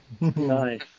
Nice